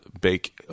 bake